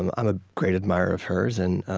i'm a great admirer of hers. and